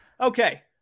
Okay